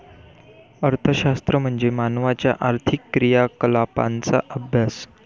अर्थशास्त्र म्हणजे मानवाच्या आर्थिक क्रियाकलापांचा अभ्यास